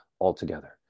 altogether